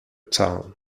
town